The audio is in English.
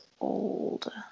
old